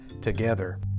together